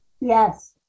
Yes